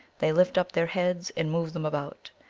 they lift up their heads and move them about.